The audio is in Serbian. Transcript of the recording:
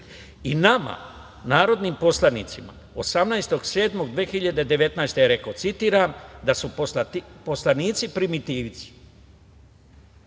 I nama, narodnim poslanicima, 18.7.2019. godine je rekao, citiram – da su poslanici primitivci,